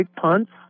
punts